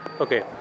okay